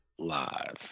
live